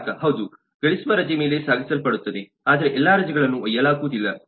ಗ್ರಾಹಕ ಹೌದು ಗಳಿಸುವ ರಜೆ ಮೇಲೆ ಸಾಗಿಸಲ್ಪಡುತ್ತದೆ ಆದರೆ ಎಲ್ಲಾ ರಜೆಗಳನ್ನು ಒಯ್ಯಲಾಗುವುದಿಲ್ಲ